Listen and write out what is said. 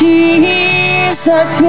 Jesus